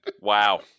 Wow